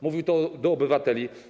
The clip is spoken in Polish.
Mówił to do obywateli.